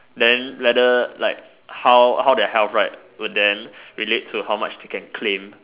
then whether like how how their health right would then relate to how much they can claim